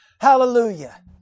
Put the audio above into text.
hallelujah